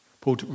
Paul